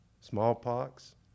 Smallpox